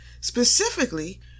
Specifically